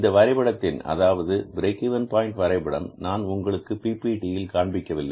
இந்த வரைபடத்தின் அதாவது பிரேக் இவென் பாயின்ட் வரைபடம் நான் உங்களுக்கு PPT யில் காண்பிக்கவில்லை